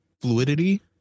fluidity